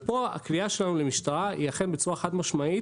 ופה הקריאה שלנו למשטרה היא אכן בצורה חד משמעית,